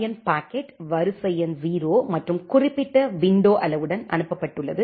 என் packet வரிசை எண் 0 மற்றும் குறிப்பிட்ட விண்டோ அளவுடன் அனுப்பப்பட்டுள்ளது